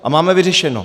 A máme vyřešeno.